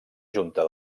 junta